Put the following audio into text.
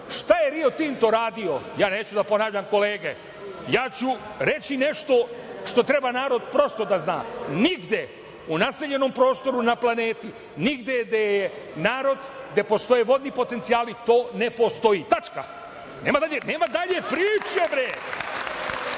šta je „Rio Tinto“ radio, ja neću da ponavljam, kolege. Reći ću nešto što treba narod prosto da zna, nigde u naseljenom prostoru na planeti, nigde gde je narod, gde postoje vodni potencijali, to ne postoji. Tačka. Nema dalje. Nema